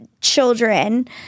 children